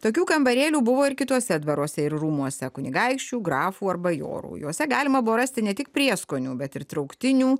tokių kambarėlių buvo ir kituose dvaruose ir rūmuose kunigaikščių grafų ar bajorų juose galima buvo rasti ne tik prieskonių bet ir trauktinių